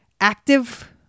active